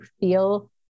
feel